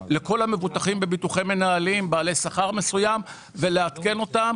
לכל המבוטחים בביטוחי מנהלים בעלי שכר מסוים ולעדכן אותם